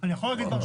גברתי היושבת-ראש.